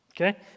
Okay